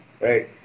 right